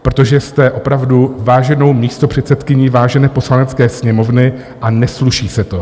Protože jste opravdu váženou místopředsedkyní vážené Poslanecké sněmovny a nesluší se to.